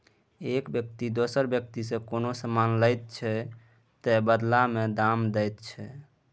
एक बेकती दोसर बेकतीसँ कोनो समान लैत छै तअ बदला मे दाम दैत छै